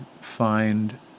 find